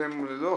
אתם לא,